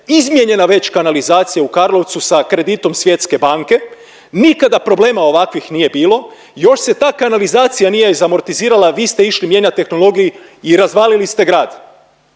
izmijenjena već kanalizacija u Karlovcu sa kreditom Svjetske banke. Nikada problema ovakvih nije bilo. Još se ta kanalizacija nije izamortizirala vi ste išli mijenjati tehnologiju i razvalili ste grad.